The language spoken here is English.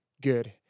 good